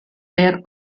were